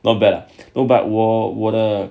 not bad oh but 我我的